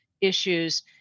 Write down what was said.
issues